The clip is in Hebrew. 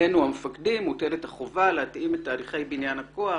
עלינו המפקדים מוטלת החובה להתאים את תהליכי בניין הכוח